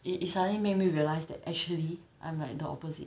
it it suddenly made me realize that actually I'm like the opposite